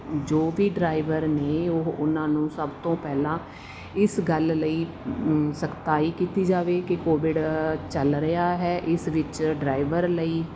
ਜੋ ਵੀ ਡਰਾਈਵਰ ਨੇ ਉਹ ਉਹਨਾਂ ਨੂੰ ਸਭ ਤੋਂ ਪਹਿਲਾਂ ਇਸ ਗੱਲ ਲਈ ਸਖਤਾਈ ਕੀਤੀ ਜਾਵੇ ਕਿ ਕੋਵਿਡ ਚੱਲ ਰਿਹਾ ਹੈ ਇਸ ਵਿੱਚ ਡਰਾਈਵਰ ਲਈ